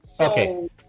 okay